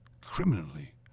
criminally